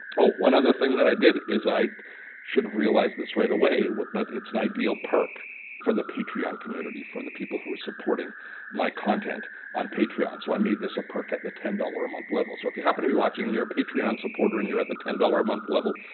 ah one other thing that i did is i should have realized this right away but it's an ideal perk for the patreon community, for the people who are supporting my content on patreon. so i made this a perk at the ten dollars a month level. so if you happened to be watching, and you're a patreon supporter and you're at the ten dollars a month level,